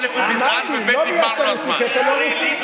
אמרתי, לא בגלל שאתה רוסי כי אתה לא רוסי.